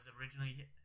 originally